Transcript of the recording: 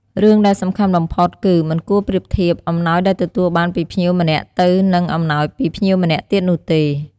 រឿងដែលសំខាន់បំផុតគឺ មិនគួរប្រៀបធៀប អំណោយដែលទទួលបានពីភ្ញៀវម្នាក់ទៅនឹងអំណោយពីភ្ញៀវម្នាក់ទៀតនោះទេ។